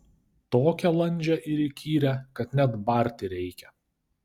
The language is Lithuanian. tokią landžią ir įkyrią kad net barti reikia